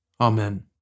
Amen